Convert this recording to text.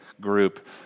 group